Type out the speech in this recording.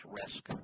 risk